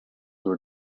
were